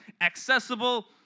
accessible